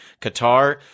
Qatar